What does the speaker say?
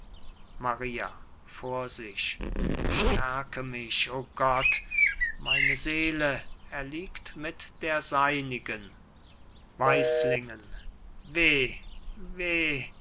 maria vor sich stärke mich o gott meine seele erliegt mit der seinigen weislingen weh weh